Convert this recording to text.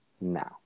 now